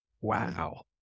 Wow